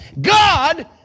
God